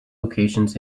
locations